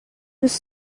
was